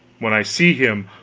when i see him,